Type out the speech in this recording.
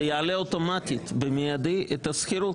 זה יעלה אוטומטית במיידי את השכירות,